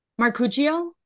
Marcuccio